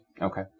Okay